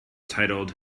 titled